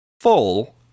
full